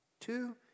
two